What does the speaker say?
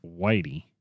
Whitey